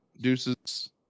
deuces